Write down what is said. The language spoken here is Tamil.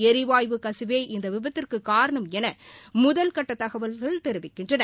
எரிவாயு கசிவே இந்த விபத்துக்கு காரணம் என முதல் கட்டத்தகவல்கள் தெரிவிக்கின்றன